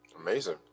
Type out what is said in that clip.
Amazing